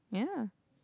yeah